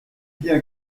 bien